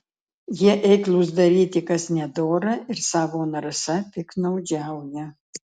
jie eiklūs daryti kas nedora ir savo narsa piktnaudžiauja